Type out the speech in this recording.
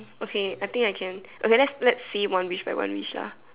okay I think I can okay let let's see one wish by one wish lah